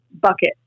bucket